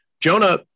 Jonah